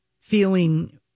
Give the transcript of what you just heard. feeling